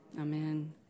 amen